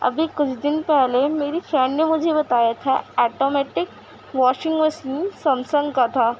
ابھی کچھ دن پہلے میری فرینڈ نے مجھے بتایا تھا آٹومیٹک واشنگ مسین سمسنگ کا تھا